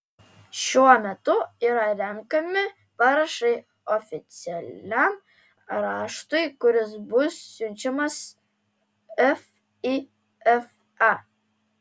šiuo metu yra renkami parašai oficialiam raštui kuris bus siunčiamas fifa